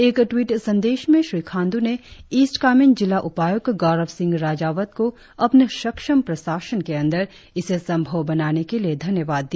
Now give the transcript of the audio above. एक टविट संदेश में श्री खांडू ने ईस्ट कामेंग जिला उपायुक्त गौरव सिंह राजावट को अपने सक्षम प्रशासन के अंदर इसे संभव बनाने के लिए धन्यवाद दिया